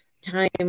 time